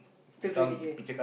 still twenty K